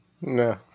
no